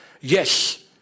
yes